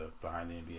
behind-the-NBA